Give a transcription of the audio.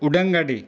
ᱩᱰᱟᱹᱱ ᱜᱟᱹᱰᱤ